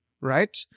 right